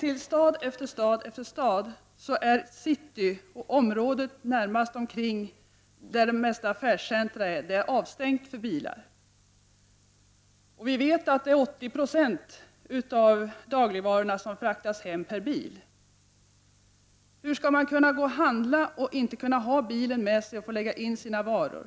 I stad efter stad är city och området närmast omkring, där de största affärscentrerna finns, avstängda för bilar. Vi vet att 80 26 av dagligvarorna fraktas hem per bil. Hur skall man kunna gå och handla utan att ha bilen med sig för att transportera hem sina varor?